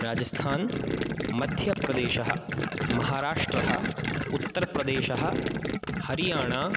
राजस्थान् मध्यप्रदेशः महाराष्ट्रः उत्तरप्रदेशः हरियाणा